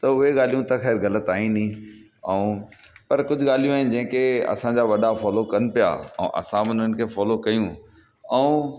त उहे ॻाल्हियूं त खैर ग़लति आहिनि ई ऐं पर कुझु ॻाल्हियूं आहिनि जंहिंखे असांजा वॾा फोलो कनि पिया ऐं असां बि उन्हनि खे फोलो कयूं ऐं